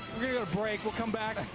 break, we'll come back,